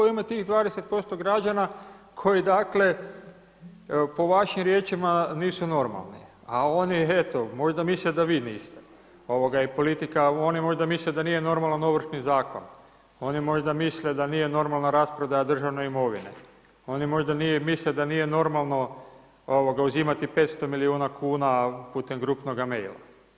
I u ime tih 20% građana koji po vašim riječima nisu normalni, a oni eto možda misle da vi niste i oni možda misle da nije normalan Ovršni zakon, oni možda misle da nije normalna rasprodaja državne imovine, oni možda misle da nije normalno uzimati 500 milijuna kuna putem grupnoga maila.